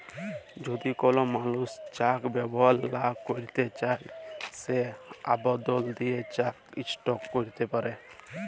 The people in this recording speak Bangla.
যদি কল মালুস চ্যাক ব্যাভার লা ক্যইরতে চায় সে আবদল দিঁয়ে চ্যাক ইস্টপ ক্যইরতে পারে